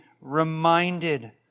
reminded